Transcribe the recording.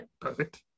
Perfect